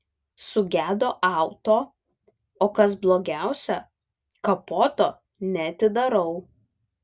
sugedo auto o kas blogiausia kapoto neatidarau